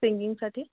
सिंगिंगसाठी